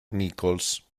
nichols